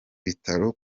bitaro